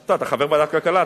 טוב, אתה חבר ועדת הכלכלה.